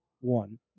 one